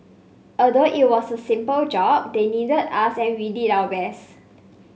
although it was a simple job they needed us and we did our best